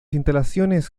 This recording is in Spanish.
instalaciones